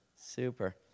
Super